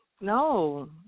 no